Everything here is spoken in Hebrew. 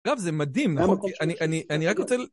אגב זה מדהים, אני רק רוצה ל...